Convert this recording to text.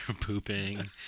pooping